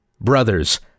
Brothers